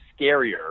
scarier